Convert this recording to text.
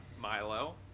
Milo